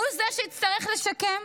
הוא זה שיצטרך לשקם?